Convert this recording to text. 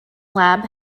lab